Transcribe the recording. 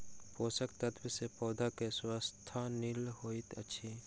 पोषक तत्व सॅ पौधा के स्वास्थ्य नीक होइत अछि